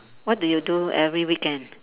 what do you do every weekend